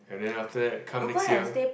and then after that come next year